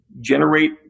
generate